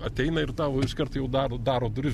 ateina ir tau iš karto jau daro daro duris